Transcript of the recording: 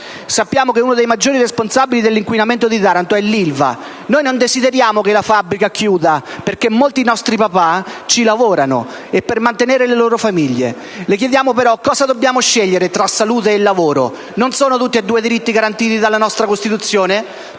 Sappiamo che uno dei maggiori responsabili dell'inquinamento di Taranto è l'Ilva. Noi non desideriamo che la fabbrica chiuda perché molti nostri papà ci lavorano per mantenere le loro famiglie. Le chiediamo però: cosa dobbiamo scegliere tra salute e lavoro? Non sono tutti e due diritti garantiti dalla nostra Costituzione?